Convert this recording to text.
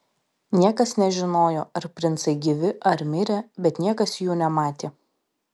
niekas nežinojo ar princai gyvi ar mirę bet niekas jų nematė